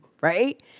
right